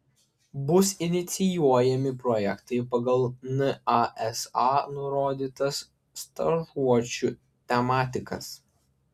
bus inicijuojami projektai pagal nasa nurodytas stažuočių tematikas